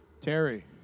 Terry